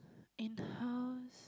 in the house